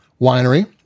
winery